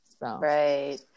right